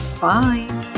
Bye